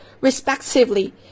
respectively